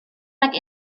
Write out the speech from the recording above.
nag